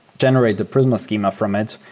generate the prisma schema from it,